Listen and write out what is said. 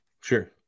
Sure